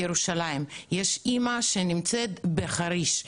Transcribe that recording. בירושלים, יש אימא שנמצאת בחריש,